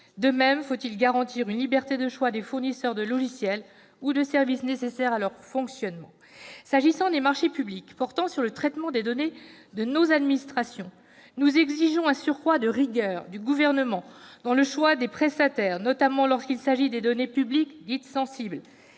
De même faut-il garantir une liberté de choix des fournisseurs de logiciels ou de services nécessaires au fonctionnement de ces derniers. S'agissant des marchés publics portant sur le traitement des données de nos administrations, nous exigeons un surcroît de rigueur du Gouvernement dans le choix des prestataires, notamment lorsqu'il s'agit des données publiques dites sensibles.